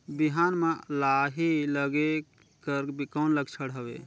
बिहान म लाही लगेक कर कौन लक्षण हवे?